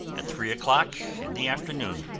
at three o'clock in the afternoon,